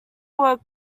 were